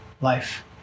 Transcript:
life